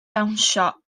dawnsio